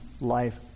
life